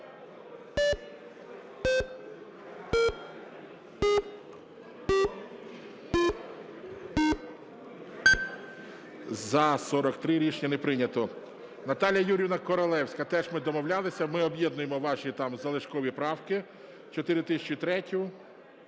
За-43 Рішення не прийнято. Наталія Юріївна Королевська, теж ми домовлялися, ми об'єднуємо ваші, там, залишкові правки